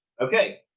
okay,